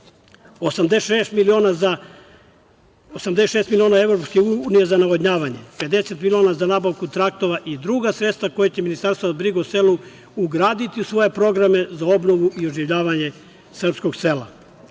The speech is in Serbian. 86 miliona EU zanavodnjavanje, 50 miliona za nabavku traktora i druga sredstva koja će Ministarstvo za brigu o selu ugraditi u svoje programe za obnovu i oživljavanje srpskog sela,